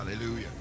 hallelujah